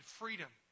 freedom